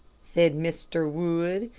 said mr. wood.